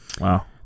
Wow